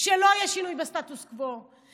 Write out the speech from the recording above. שלא יהיה שינוי בסטטוס קוו,